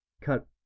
cut